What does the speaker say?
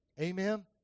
Amen